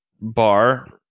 bar